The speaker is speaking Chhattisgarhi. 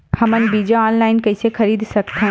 हमन बीजा ऑनलाइन कइसे खरीद सकथन?